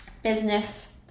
business